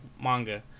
manga